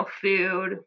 food